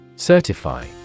Certify